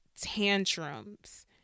tantrums